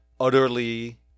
utterly